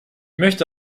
möchte